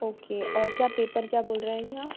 okay और क्या paper क्या बोल रहे हैं आप